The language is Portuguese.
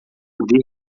poder